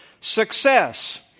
success